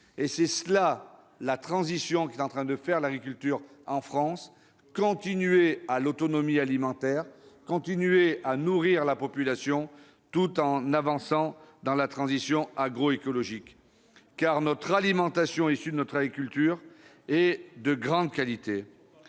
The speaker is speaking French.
Telle est la transition qu'est en train de réussir l'agriculture en France : contribuer à l'autonomie alimentaire, continuer à nourrir la population, tout en progressant vers la transition agroécologique. L'alimentation issue de notre agriculture est de grande qualité.